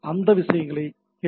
அந்த விஷயங்களை ஹெச்